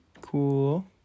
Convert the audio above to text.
Cool